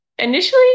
Initially